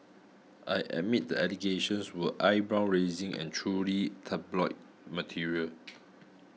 I admit the allegations were eyebrow raising and truly tabloid material